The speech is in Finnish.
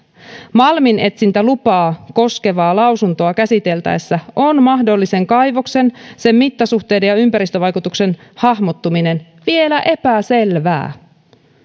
malminetsintälupaa koskevaa lausuntoa käsiteltäessä on mahdollisen kaivoksen sen mittasuhteiden ja ympäristövaikutuksen hahmottuminen vielä epäselvää